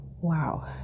Wow